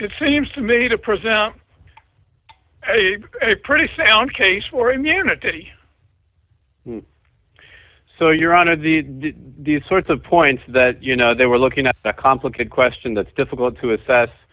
it seems to me to present a pretty sound case for immunity so you're on of the these sorts of points that you know they were looking at a complicated question that's difficult to assess